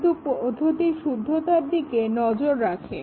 কিন্তু পদ্ধতির শুদ্ধতার দিকে নজর রাখে